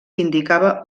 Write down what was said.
indicava